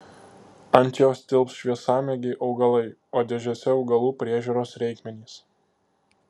ant jos tilps šviesamėgiai augalai o dėžėse augalų priežiūros reikmenys